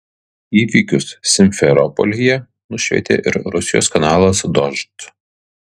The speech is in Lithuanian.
įvykius simferopolyje nušvietė ir rusijos kanalas dožd